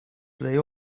they